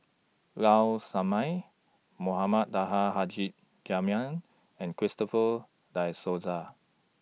Low Sanmay Mohamed Taha Haji Jamil and Christopher Die Souza